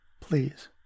please